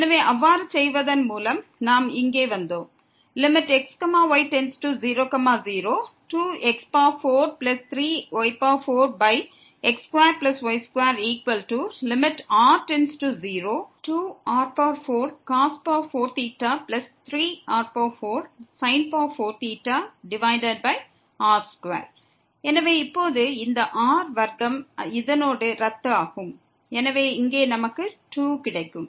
எனவே அவ்வாறு செய்வதன் மூலம் நாம் இங்கே வந்தோம் 2x43y4x2y2 2r4 3r4 r2 எனவே இப்போது இந்த r வர்க்கம் இதனோடு ரத்து ஆகும் எனவே இங்கே நமக்கு 2 கிடைக்கும்